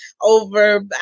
over